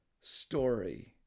story